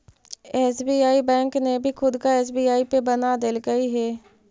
SBI bank ने भी खुद का एस.बी.आई पे बना देलकइ हे